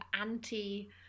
anti